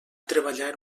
treballar